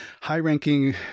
high-ranking